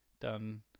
done